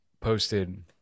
posted